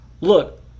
look